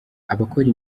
abakora